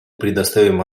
предоставим